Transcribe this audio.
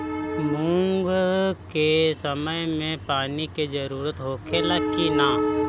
मूंग के समय मे पानी के जरूरत होखे ला कि ना?